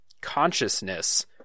consciousness